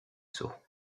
saut